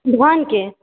धानके